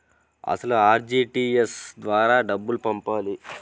అసలు అర్.టీ.జీ.ఎస్ ద్వారా ఎలా డబ్బులు పంపాలి?